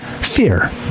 Fear